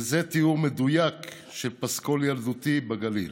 וזה תיאור מדויק של פסקול ילדותי בגליל,